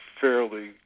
fairly